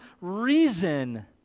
reason